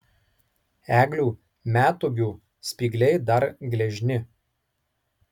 eglių metūgių spygliai dar gležni